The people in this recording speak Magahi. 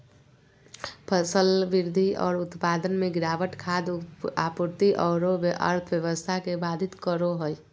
फसल वृद्धि और उत्पादन में गिरावट खाद्य आपूर्ति औरो अर्थव्यवस्था के बाधित करो हइ